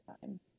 time